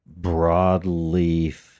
broadleaf